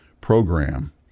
program